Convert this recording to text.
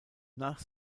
nach